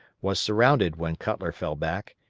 was surrounded when cutler fell back,